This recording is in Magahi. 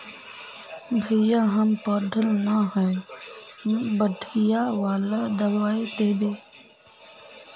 भैया हम पढ़ल न है बढ़िया वाला दबाइ देबे?